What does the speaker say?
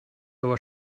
aber